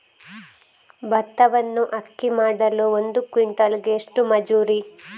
ಭತ್ತವನ್ನು ಅಕ್ಕಿ ಮಾಡಲು ಒಂದು ಕ್ವಿಂಟಾಲಿಗೆ ಎಷ್ಟು ಮಜೂರಿ?